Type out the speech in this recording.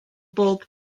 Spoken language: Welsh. bob